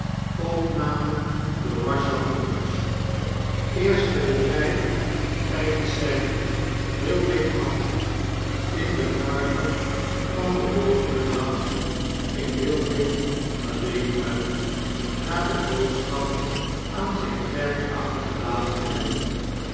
in een adem uit wilding af in den morgen van den volgenden dag ging wilding alleen uit na de boodschap aan zp klerk achtergelaten te hebben